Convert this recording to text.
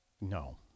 No